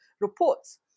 reports